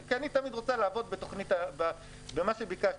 כי אני תמיד רוצה לעבוד במה שביקשתי.